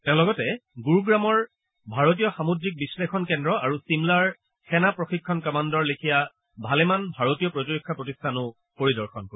তেওঁ লগতে গুৰুগ্ৰামৰ ভাৰতীয় সামুদ্ৰিক বিশ্লেষণ কেন্দ্ৰ আৰু ছিমলাৰ সেনা প্ৰশিক্ষণ কামাণ্ডৰ লেখীয়া ভালেমান ভাৰতীয় প্ৰতিৰক্ষা প্ৰতিষ্ঠানো পৰিদৰ্শন কৰিব